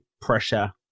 pressure